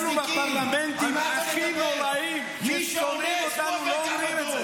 -- בפרלמנטים הכי נוראים -- מי שאונס הוא עובר קו אדום.